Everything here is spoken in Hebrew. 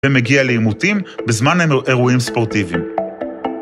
ומגיע לאימותים בזמן האירועים הספורטיביים.